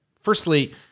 firstly